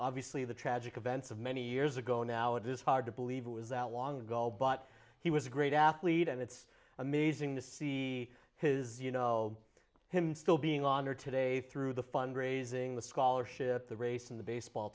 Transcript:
obviously the tragic events of many years ago now it is hard to believe it was that long ago but he was a great athlete and it's amazing to see his you know him still being honored today through the fund raising the scholarship the race in the baseball